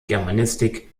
germanistik